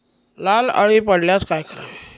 लाल अळी पडल्यास काय करावे?